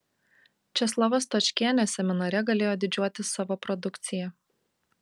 česlava stočkienė seminare galėjo didžiuotis savo produkcija